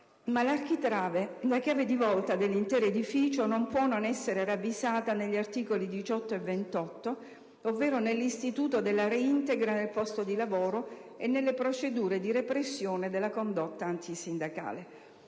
l'architrave, la chiave di volta dell'intero edificio non può non essere ravvisata negli articoli 18 e 28, ovvero nell'istituto della reintegra nel posto di lavoro e nelle procedure di repressine della condotta antisindacale.